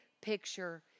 picture